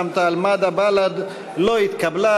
רע"ם-תע"ל-מד"ע ובל"ד לא התקבלה.